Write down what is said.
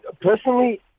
Personally